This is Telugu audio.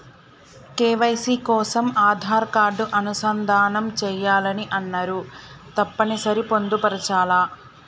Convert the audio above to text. కే.వై.సీ కోసం ఆధార్ కార్డు అనుసంధానం చేయాలని అన్నరు తప్పని సరి పొందుపరచాలా?